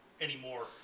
anymore